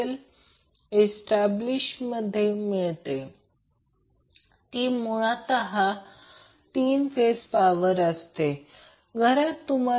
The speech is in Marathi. म्हणून उत्तर येथे दिले नाही मी मुद्दाम उत्तर लिहिले नाही